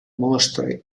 mostre